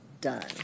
done